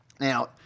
Now